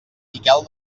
miquel